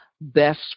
best